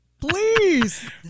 Please